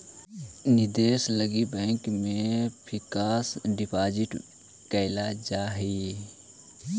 निवेश लगी बैंक में फिक्स डिपाजिट कैल जा हई